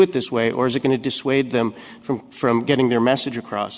it this way or is it going to dissuade them from from getting their message across